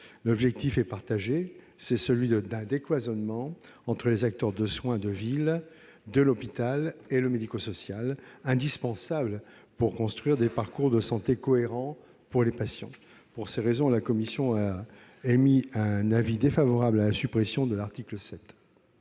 L'objectif est partagé : c'est celui d'un décloisonnement entre les acteurs de soins de ville, l'hôpital et le médico-social, mesure indispensable pour construire des parcours de santé cohérents pour les patients. Pour ces raisons, la commission a émis un avis défavorable sur la suppression de l'article 7.